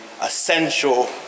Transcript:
essential